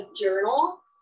journal